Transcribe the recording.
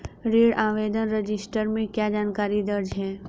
ऋण आवेदन रजिस्टर में क्या जानकारी दर्ज है?